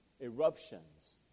eruptions